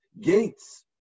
gates